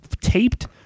taped